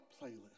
playlist